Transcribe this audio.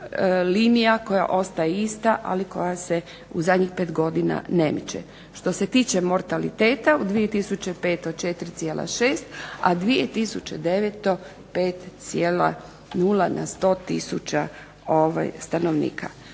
linija koja ostaje ista, ali koja se u zadnjih pet godina ne miče. Što se tiče mortaliteta u 2005. 4,6, a 2009. 5,0 na 100000 stanovnika.